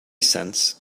cents